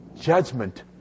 judgment